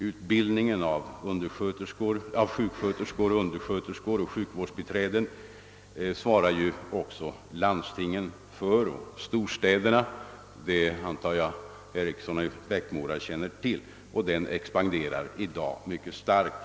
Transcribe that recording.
Utbildaingen av sjuksköterskor, av undersköterskor och av sjukvårdsbiträden svarar ju landstingen och storstäderna för, vilket jag antar att herr Eriksson i Bäckmora känner till, och denna utbildning expanderar för närvarande mycket starkt.